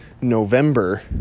november